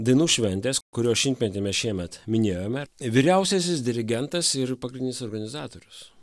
dainų šventės kurios šimtmetį mes šiemet minėjome vyriausiasis dirigentas ir pagrindinis organizatorius